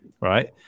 right